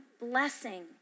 blessing